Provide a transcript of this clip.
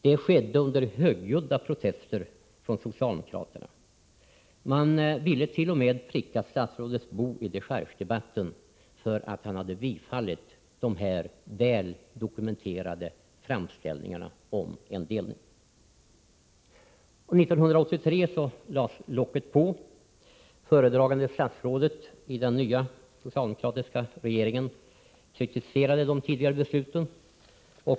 Det skedde under högljudda protester från socialdemokraterna. Man ville t.o.m. pricka statsrådet Boo i dechargedebatten därför att han hade bifallit dessa väldokumenterade framställningar om delning. År 1983 lades locket på, och föredragande statsrådet i den nya socialdemokratiska regeringen kritiserade de tidigare besluten.